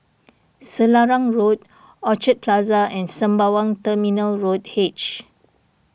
Selarang Road Orchard Plaza and Sembawang Terminal Road H